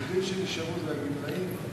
היחידים שנשארו אלה הגמלאים,